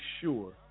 sure